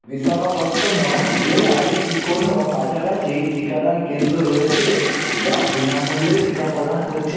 বিশাখাপত্তনম জেলায় কি কোনও কাছাকাছি টিকাদান কেন্দ্র রয়েছে যা বিনামূল্যে টিকা প্রদান করছে